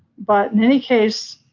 but in any case,